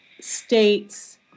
states